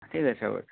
ঠিক আছে